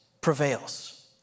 prevails